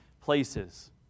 places